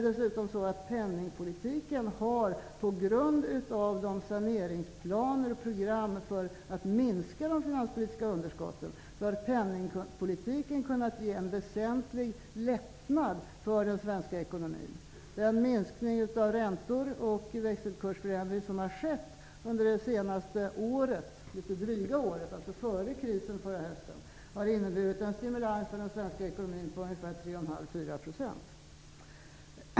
Dessutom har penningpolitiken på grund av saneringsprogram för att minska de finanspolitiska underskotten kunnat ge en väsentlig lättnad för den svenska ekonomin. Den minskning av räntor och växelkursförändringar som har skett sedan litet drygt ett år, alltså efter förra höstens kris, har inneburit en stimulans för den svenska ekonomin på ungefär 3,5--4,0 %.